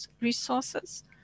resources